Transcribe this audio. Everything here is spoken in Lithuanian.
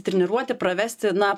treniruoti pravesti na